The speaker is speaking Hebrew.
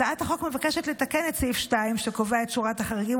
הצעת החוק מבקשת לתקן את סעיף 2 שקובע את שורת החריגים,